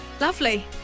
Lovely